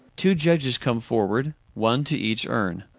two judges come forward, one to each urn.